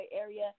area